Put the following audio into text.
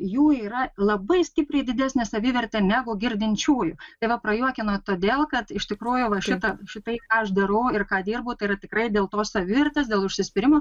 jų yra labai stipriai didesnė savivertė negu girdinčiųjų tai va prajuokinot todėl kad iš tikrųjų va šitą šitai ką aš darau ir ką dirbu tai yra tikrai dėl tos savivertės dėl užsispyrimo